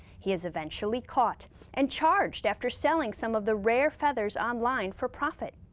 he is eventually caught and charged after selling some of the rare feathers online for profit.